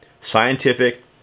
scientific